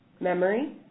Memory